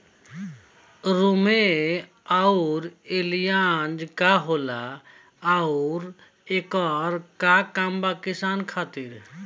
रोम्वे आउर एलियान्ज का होला आउरएकर का काम बा किसान खातिर?